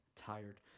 tired